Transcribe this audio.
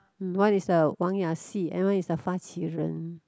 one is a Wang-Ya-Xi and one is the Fa-Qi-Ren